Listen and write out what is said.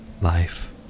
life